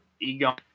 Egon